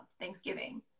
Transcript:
Thanksgiving